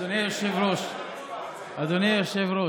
אדוני היושב-ראש, אדוני היושב-ראש,